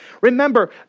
Remember